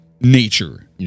nature